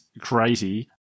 crazy